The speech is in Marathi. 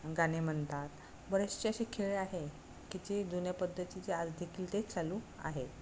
गाणे म्हणतात बरेचसे असे खेळ आहे की जे जुन्या पद्धतीचे आज देखील ते चालू आहेत